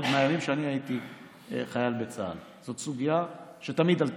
עוד מהימים שאני הייתי חייל בצה"ל זאת סוגיה שתמיד עלתה,